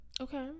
okay